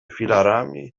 filarami